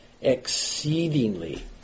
exceedingly